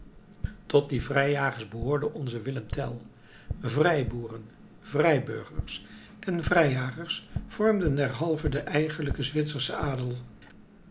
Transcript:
tot die vrijjagers behoorde onze willem tell vrijboeren vrijburgers en vrijjagers vormden derhalve den eigenlijken zwitserschen adel